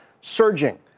surging